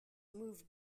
moved